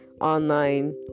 online